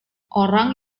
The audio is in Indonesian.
orang